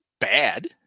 bad